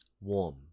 Warm